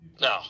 No